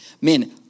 Man